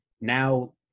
Now